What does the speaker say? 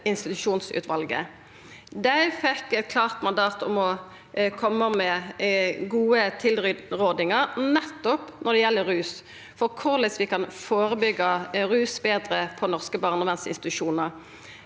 institusjonsutvalet. Dei fekk eit klart mandat om å koma med gode tilrådingar nettopp når det gjeld rus, for korleis vi kan førebyggja rus betre på norske barnevernsinstitusjonar.